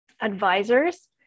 advisors